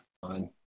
Fine